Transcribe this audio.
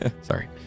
Sorry